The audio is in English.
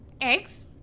Eggs